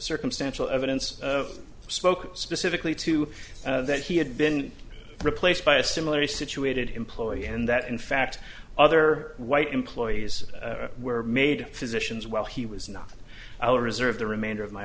circumstantial evidence of spoke specifically to that he had been replaced by a similarly situated employee and that in fact other white employees were made physicians while he was not i will reserve the remainder of my